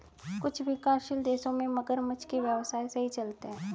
कुछ विकासशील देशों में मगरमच्छ के व्यवसाय सही चलते हैं